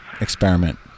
experiment